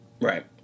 right